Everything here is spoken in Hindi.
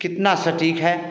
कितना सटीक है